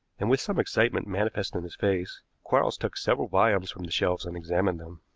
and, with some excitement manifest in his face, quarles took several volumes from the shelves and examined them.